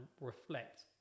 reflect